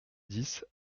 dix